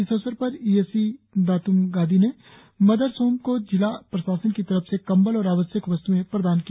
इस अवसर पर E A C Datum Gadi ने मदर्स होम को जिला प्रशासन की तरफ से कंबल और आवश्यक वस्त्एं प्रदान किया